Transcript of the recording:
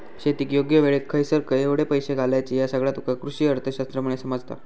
शेतीत योग्य वेळेक खयसर केवढे पैशे घालायचे ह्या सगळा तुका कृषीअर्थशास्त्रामुळे समजता